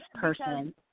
person